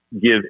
give